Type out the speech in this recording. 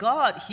God